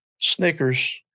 Snickers